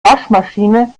waschmaschine